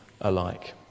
alike